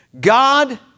God